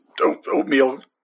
oatmeal